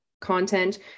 content